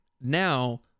now